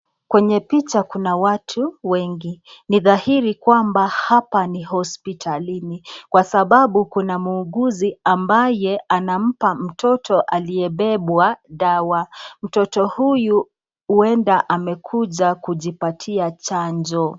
kwenye picha kuna watu wengi. Ni dhahiri kwamba hapa ni hospitalini. Kwa sababu kuna muuguzi ambaye anampa mtoto aliye bebwa dawa. mtoto huyu uende amekuja kujipatia chanjo.